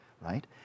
right